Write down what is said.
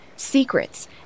Secrets